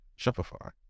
Shopify